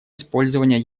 использование